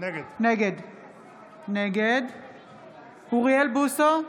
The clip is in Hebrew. נגד אוריאל בוסו,